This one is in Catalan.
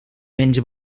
menys